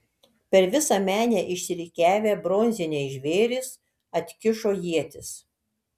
per visą menę išsirikiavę bronziniai žvėrys atkišo ietis